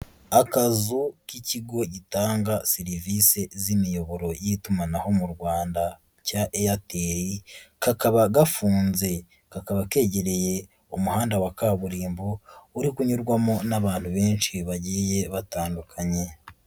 Akazu k'ikigo gitanga serivisi z'imiyoboro y'itumanaho mu Rwanda cya Airtel, kakaba gafunze, kakaba kegereye umuhanda wa kaburimbo, uri kunyurwamo n'abantu benshi bagiye batandukanye.